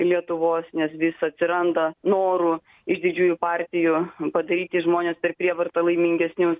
lietuvos nes vis atsiranda norų iš didžiųjų partijų padaryti žmones per prievartą laimingesnius